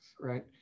right